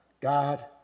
God